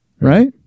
right